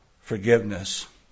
forgiveness